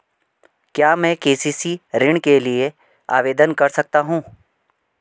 क्या मैं के.सी.सी ऋण के लिए आवेदन कर सकता हूँ?